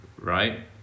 right